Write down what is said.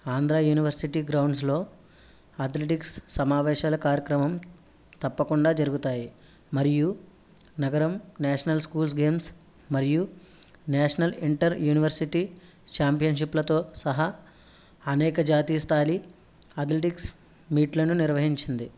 Andhra university గ్రౌండ్స్లో athletics సమావేశాల కార్యక్రమం తప్పకుండా జరుగుతాయి మరియు నగరం నేషనల్ స్కూల్స్ గేమ్స్ మరియు నేషనల్ ఇంటర్ యూనివర్సిటీ ఛాంపియన్షిప్లతో సహా అనేక జాతీయ స్థాయి అథ్లెటిక్స్ మీట్లను నిర్వహించింది